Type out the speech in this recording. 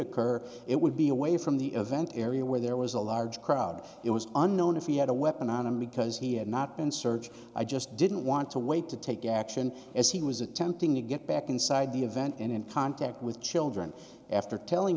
occur it would be away from the event area where there was a large crowd it was unknown if he had a weapon on him because he had not been searched i just didn't want to wait to take action as he was attempting to get back inside the event and in contact with children after telling